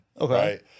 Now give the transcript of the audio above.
Okay